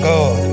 God